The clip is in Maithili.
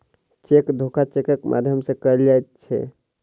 चेक धोखा चेकक माध्यम सॅ कयल जाइत छै